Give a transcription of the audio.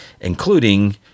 including